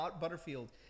Butterfield